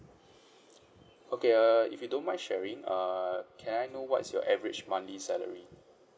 okay uh if you don't mind sharing uh can I know what's your average monthly salary